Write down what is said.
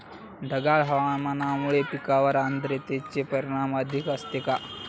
ढगाळ हवामानामुळे पिकांवर आर्द्रतेचे परिणाम अधिक असतो का?